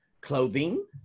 Clothing